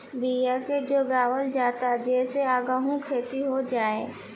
बिया के जोगावल जाता जे से आगहु खेती हो जाए